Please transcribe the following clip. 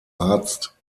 arzt